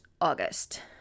August